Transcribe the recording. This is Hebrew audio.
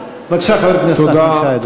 בבקשה, חבר הכנסת נחמן שי, אדוני.